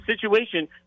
situation